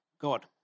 God